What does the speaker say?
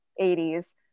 80s